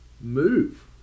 move